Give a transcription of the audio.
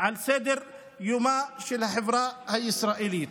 על סדר-יומה של החברה הישראלית,